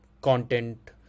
content